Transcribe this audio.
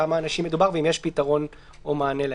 כמה אנשים מדובר ואם יש פתרון או מענה להם.